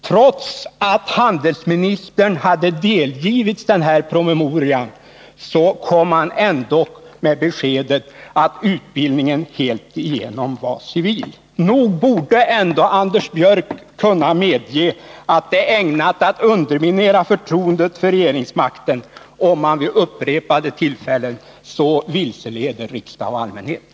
Trots att handelsministern hade delgivits denna promemoria, kom han ändå med beskedet att utbildningen helt igenom var civil. Nog borde ändå Anders Björck kunna medge att det är ägnat att underminera förtroendet för regeringsmakten om man vid upprepade tillfällen så vilseleder riksdagen och allmänheten.